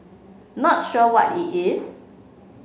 not sure what it is